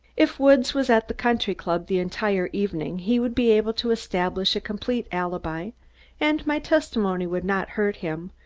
if woods was at the country-club the entire evening he would be able to establish a complete alibi and my testimony would not hurt him,